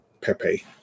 Pepe